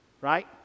right